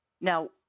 Now